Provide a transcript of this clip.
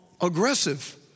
aggressive